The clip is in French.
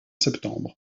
septembre